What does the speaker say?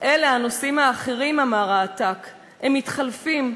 "אלה נוסעים אחרים", אמר העתק, "הם מתחלפים".